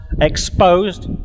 exposed